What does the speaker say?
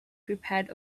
prepared